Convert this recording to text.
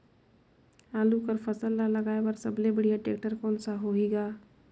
आलू कर फसल ल लगाय बर सबले बढ़िया टेक्टर कोन सा होही ग?